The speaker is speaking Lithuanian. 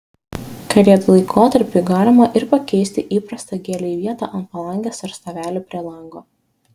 kalėdų laikotarpiui galima ir pakeisti įprastą gėlei vietą ant palangės ar stovelių prie lango